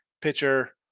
pitcher